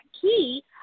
key